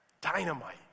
dynamite